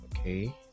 okay